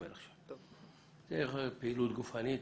זה פעילות גופנית,